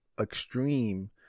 Extreme